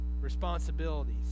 responsibilities